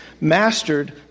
mastered